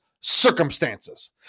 circumstances